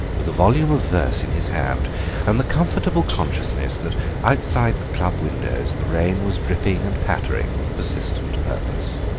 with a volume of verse in his hand and the comfortable consciousness that outside the club windows the rain was dripping and pattering with persistent purpose.